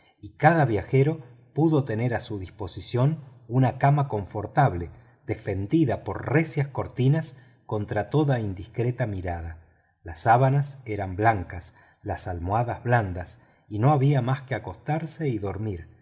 y cada viajero pudo tener a su disposición una cama confortable defendida por recias cortinas contra toda indiscreta mirada las sábanas eran blancas las almohadas blandas y no había más que acostarse y dormir